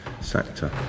sector